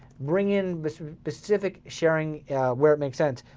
bring in the specific sharing where it make sense.